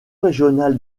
régional